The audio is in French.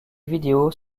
vidéos